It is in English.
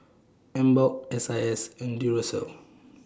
Emborg S I S and Duracell